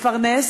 לפרנס,